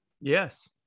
Yes